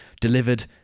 delivered